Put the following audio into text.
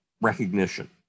recognition